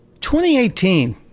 2018